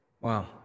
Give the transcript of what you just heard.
Wow